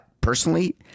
personally